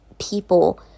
people